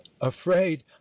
afraid